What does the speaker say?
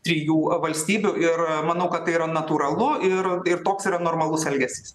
trijų valstybių ir manau kad tai yra natūralu ir ir toks yra normalus elgesys